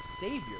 Savior